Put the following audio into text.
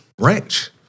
ranch